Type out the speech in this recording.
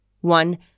One